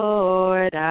Lord